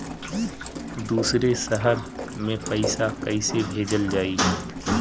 दूसरे शहर में पइसा कईसे भेजल जयी?